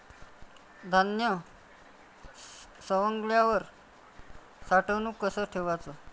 धान्य सवंगल्यावर साठवून कस ठेवाच?